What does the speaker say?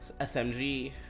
SMG